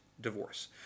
divorce